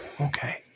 Okay